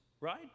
right